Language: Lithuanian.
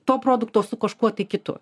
to produkto su kažkuo tai kitu